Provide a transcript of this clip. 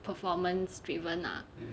performance driven ah